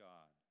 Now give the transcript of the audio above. God